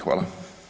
Hvala.